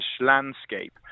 landscape